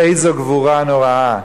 איזו גבורה נוראה,